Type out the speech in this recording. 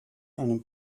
einen